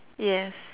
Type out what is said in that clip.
yes